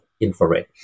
infrared